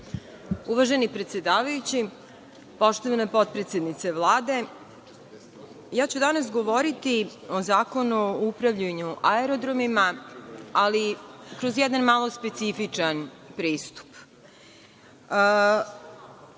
Uvaženi predsedavajući, poštovana potpredsednice Vlade, ja ću danas govoriti o Zakonu o upravljanju aerodromima, ali kroz jedan malo specifičan pristup. Ne